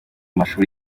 mashuri